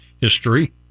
history